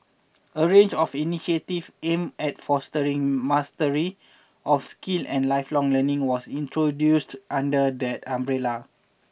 a range of initiatives aimed at fostering mastery of skills and lifelong learning was introduced under that umbrella